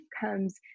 comes